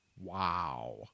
wow